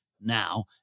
now